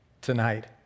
tonight